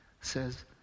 says